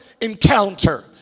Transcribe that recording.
encounter